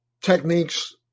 techniques